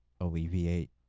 Alleviate